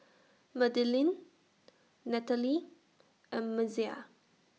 Madilynn Natalee and Messiah